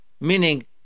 meaning